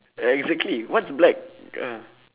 exactly what's black